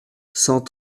cent